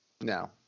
No